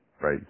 right